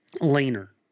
leaner